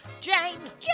James